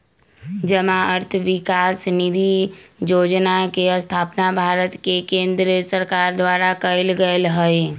जमा अर्थ विकास निधि जोजना के स्थापना भारत के केंद्र सरकार द्वारा कएल गेल हइ